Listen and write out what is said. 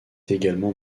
également